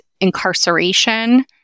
incarceration